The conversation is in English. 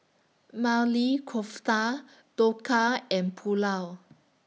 Maili Kofta Dhokla and Pulao